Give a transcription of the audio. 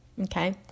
okay